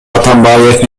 атамбаев